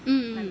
mm mm